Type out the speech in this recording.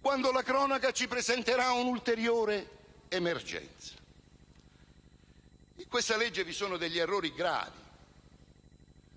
quando la cronaca ci presenterà un'ulteriore emergenza. In questo disegno di legge vi sono degli errori gravi,